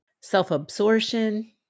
self-absorption